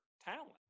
talent